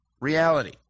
reality